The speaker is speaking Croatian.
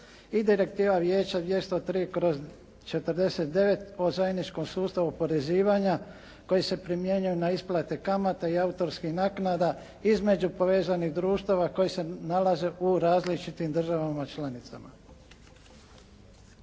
i Direktiva Vijeća 203/49 o zajedničkom sustavu oporezivanja koji se primjenjuje na isplate kamata i autorskih naknada između povezanih društava koji se nalaze u različitim državama članicama.